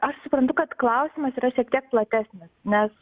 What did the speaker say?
aš suprantu kad klausimas yra šiek tiek platesnis nes